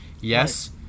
Yes